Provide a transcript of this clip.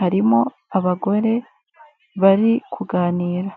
harimo abagore bari kuganira.